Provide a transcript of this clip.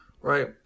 Right